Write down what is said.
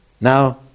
now